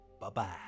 Bye-bye